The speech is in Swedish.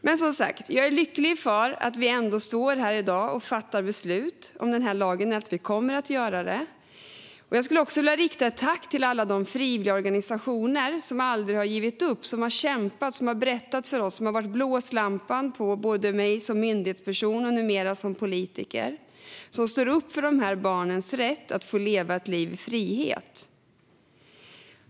Men som sagt är jag lycklig över att vi ändå står här i dag och kommer att fatta beslut om den här lagen. Jag skulle också vilja rikta ett tack till alla de frivilligorganisationer som aldrig har givit upp, som har kämpat, som har berättat för oss och som har varit blåslampan på mig som myndighetsperson och numera som politiker. De står upp för de här barnens rätt att få leva ett liv i frihet.